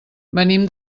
venim